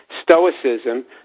stoicism